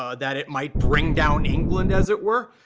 ah that it might bring down england, as it were,